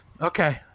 Okay